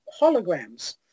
holograms